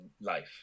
life